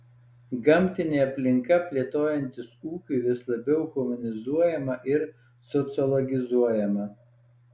gamtinė aplinka plėtojantis ūkiui vis labiau humanizuojama ir sociologizuojama